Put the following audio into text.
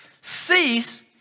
cease